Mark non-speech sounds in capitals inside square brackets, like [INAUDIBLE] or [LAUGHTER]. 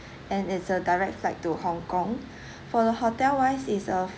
and it's a direct flight to hong kong [BREATH] for the hotel wise is a